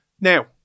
Now